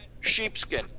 sheepskin